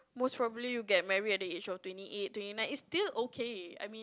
most probably you get married at the age of twenty eight twenty nine it's still okay I mean